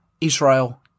Israel